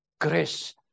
grace